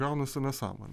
gaunasi nesąmonė